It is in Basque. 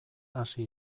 hasi